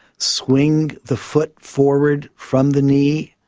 swing the foot forward from the knee,